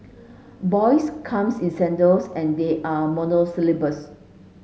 boys comes in sandals and they are monosyllabic